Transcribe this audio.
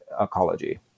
ecology